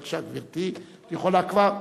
בבקשה, גברתי, את יכולה כבר.